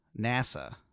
NASA